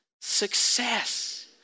success